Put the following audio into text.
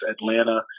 Atlanta